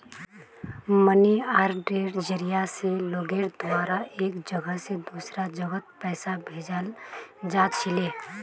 money आर्डरेर जरिया स लोगेर द्वारा एक जगह स दूसरा जगहत पैसा भेजाल जा छिले